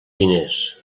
diners